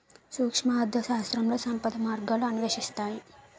సూక్ష్మ అర్థశాస్త్రంలో సంపద మార్గాలను అన్వేషిస్తారు